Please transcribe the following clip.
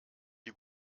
die